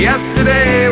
Yesterday